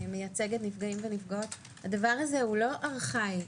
מייצגת נפגעים ונפגעות הדבר הזה הוא לא ארכאי,